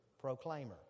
Proclaimer